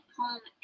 home